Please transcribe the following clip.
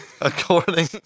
according